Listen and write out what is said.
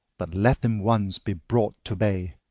but let them once be brought to bay,